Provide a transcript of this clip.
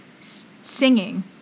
singing